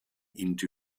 into